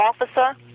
officer